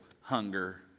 hunger